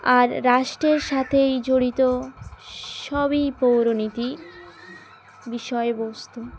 আর রাষ্ট্রের সাথেই জড়িত সবই পৌরনীতি বিষয়বস্তু